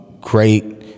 Great